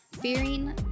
fearing